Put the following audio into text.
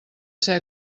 ser